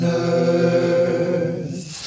earth